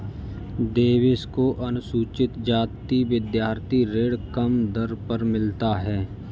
देवेश को अनुसूचित जाति विद्यार्थी ऋण कम दर पर मिला है